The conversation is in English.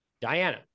Diana